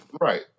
Right